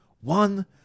One